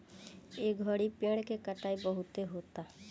ए घड़ी पेड़ के कटाई बहुते होता